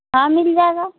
हाँ मिल जाएगा